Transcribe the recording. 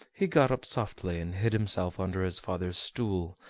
he got up softly, and hid himself under his father's stool,